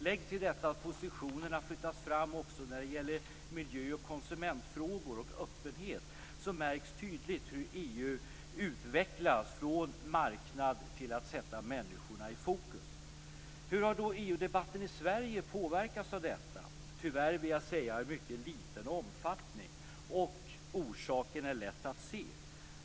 Lägg till detta att positionerna flyttats fram också när det gäller miljö och konsumentfrågor och öppenhet. Då märks tydligt hur EU utvecklats från marknad till att sätta människorna i fokus. Hur har då EU-debatten i Sverige påverkats av detta? Tyvärr har den gjort det i mycket liten omfattning. Orsaken är lätt att se.